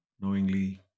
knowingly